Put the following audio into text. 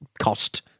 Cost